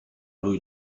lui